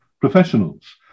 professionals